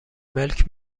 ملک